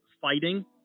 fighting